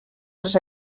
les